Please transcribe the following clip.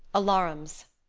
alarums